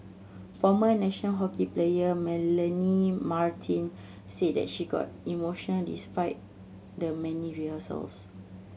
former national hockey player Melanie Martens said that she got emotional despite the many rehearsals